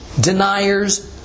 deniers